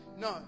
No